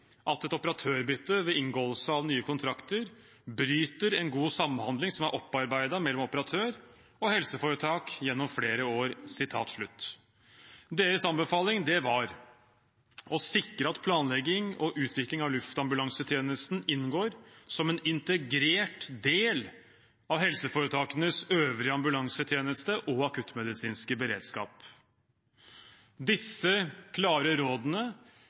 at «et operatørbytte ved inngåelse av nye kontrakter bryter en god samhandling som er opparbeidet mellom operatør og helseforetak gjennom flere år». Deres anbefaling var å sikre at planlegging og utvikling av luftambulansetjenesten inngår som en integrert del av helseforetakenes øvrige ambulansetjeneste og akuttmedisinske beredskap. Disse klare rådene